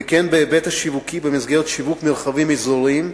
וכן בהיבט השיווקי במסגרת שיווק מרחבים אזוריים,